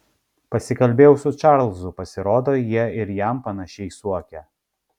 pasikalbėjau su čarlzu pasirodo jie ir jam panašiai suokia